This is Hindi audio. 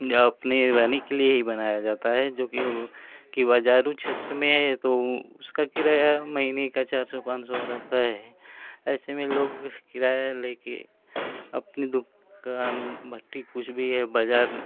या अपने रहने के लिए ही बनाया जाता है जोकि कि बाज़ारू क्षेत्र में है तो उसका किराया महीने का चार सौ पाँच सौ रहता है ऐसे में लोग किराया लेकर अपनी दुकान भट्ठी कुछ भी है बाज़ार